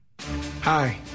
Hi